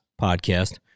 podcast